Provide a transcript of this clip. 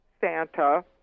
Santa